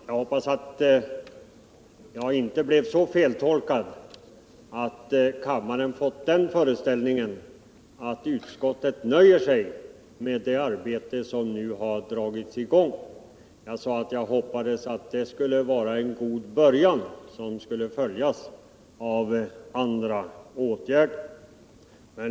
Herr talman! För min del hoppas jag att jag inte blev så feltolkad att kammarens ledamöter fått den uppfattningen att utskottet nöjer sig med det arbete som nu satts i gång. Jag sade att jag hoppades att det skulle vara en god början som skulle följas av andra åtgärder.